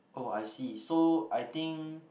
oh I see so I think